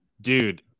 Dude